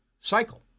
cycle